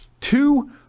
Two